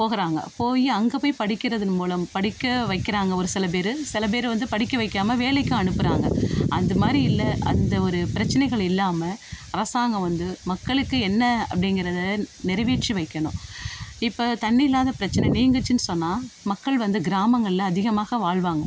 போகிறாங்க போய் அங்கே போய் படிக்கிறதன் மூலம் படிக்க வைக்கிறாங்க ஒரு சில பேரு சில பேரு வந்து படிக்க வைக்காமல் வேலைக்கு அனுப்புகிறாங்க அதுமாதிரி இல்லை அந்த ஒரு பிரச்சனைகள் இல்லாமல் அரசாங்கம் வந்து மக்களுக்கு என்ன அப்படிங்கிறத நிறைவேற்றி வைக்கணும் இப்போ தண்ணி இல்லாத பிரச்சனை நீங்குச்சின்னு சொன்னால் மக்கள் வந்து கிராமங்களில் அதிகமாக வாழ்வாங்க